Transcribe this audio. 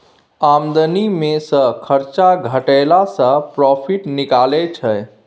आमदनी मे सँ खरचा घटेला सँ प्रोफिट निकलै छै